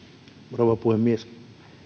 rouva puhemies